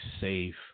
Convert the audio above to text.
safe